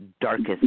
darkest